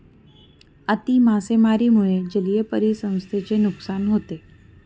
अति मासेमारीमुळे जलीय परिसंस्थेचे नुकसान होते